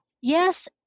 Yes